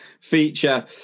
Feature